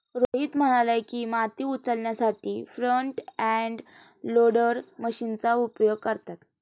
रोहित म्हणाला की, माती उचलण्यासाठी फ्रंट एंड लोडर मशीनचा उपयोग करतात